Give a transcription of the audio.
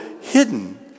hidden